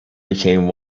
became